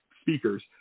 speakers